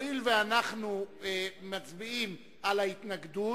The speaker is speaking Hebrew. הואיל ואנחנו מצביעים על ההתנגדות,